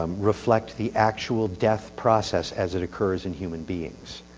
um reflect the actual death process as it occurs in human beings.